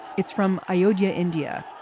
it's from ayodhya, india.